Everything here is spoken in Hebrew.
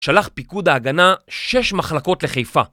שלח פיקוד ההגנה 6 מחלקות לחיפה